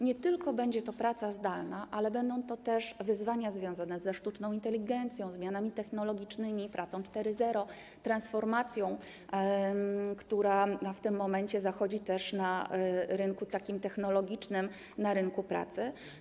Nie tylko będzie to praca zdalna, ale będą to też wyzwania związane ze sztuczną inteligencją, zmianami technologicznymi, pracą 4.0, transformacją, która w tym momencie zachodzi też na rynku technologicznym, na rynku pracy.